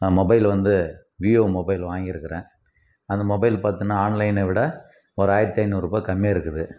நான் மொபைல் வந்து Vivo mobile வாங்கியிருக்கிறேன் அந்த மொபைல் பார்த்தோன்னா ஆன்லைனை விட ஒரு ஆயிரத்தி ஐநூறுபாய் கம்மியாக இருக்குது